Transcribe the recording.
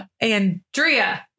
Andrea